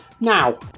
now